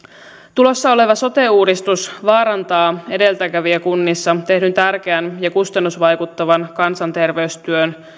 tulossa oleva sote uudistus vaarantaa edelläkävijäkunnissa tehdyn tärkeän ja kustannusvaikuttavan kansanterveystyön